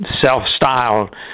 self-styled